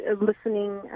listening